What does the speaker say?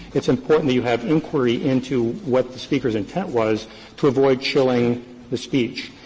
it's important that you have inquiry into what the speaker's intent was to avoid chilling the speech.